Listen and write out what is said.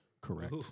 Correct